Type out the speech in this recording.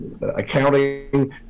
accounting